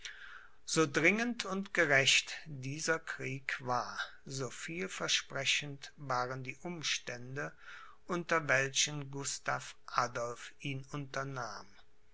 so dringend und gerecht dieser krieg war so vielversprechend waren die umstände unter welchen gustav adolph ihn